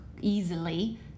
easily